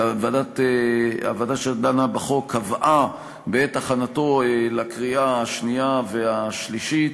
הוועדה שדנה בחוק קבעה כי בעת הכנתו לקריאה השנייה והשלישית,